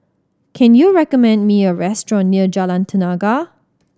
can you recommend me a restaurant near Jalan Tenaga